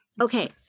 Okay